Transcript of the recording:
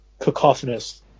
cacophonous